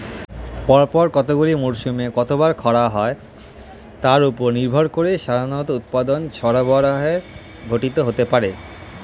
পরপর কতগুলি মরসুমে কতবার খরা হয় তার উপর নির্ভর করে সাধারণত উৎপাদন সরবরাহের ঘাটতি হতে পারে